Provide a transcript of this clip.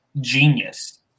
genius